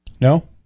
No